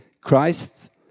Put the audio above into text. Christ